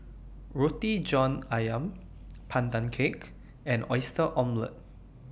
Roti John Ayam Pandan Cake and Oyster Omelette